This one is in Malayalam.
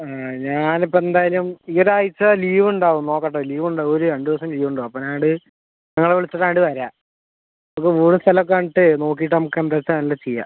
ഞാൻ ഇപ്പം എന്തായാലും ഈ ഒരാഴ്ച്ച ലീവ് ഉണ്ടാവും നോക്കട്ടെ ലീവ് ഉണ്ടാവും ഒര് രണ്ട് ദിവസം ലീവ് ഉണ്ടാവും അപ്പം ഞാൻ അങ്ങോട്ട് നിങ്ങളെ വിളിച്ചിട്ട് അങ്ങോട്ട് വരാം അപ്പം വീടും സ്ഥലവും ഒക്കെ കണ്ടിട്ട് നോക്കിയിട്ട് നമ്മൾക്ക് എന്താണെന്ന് വച്ചാൽ എല്ലാം ചെയ്യാം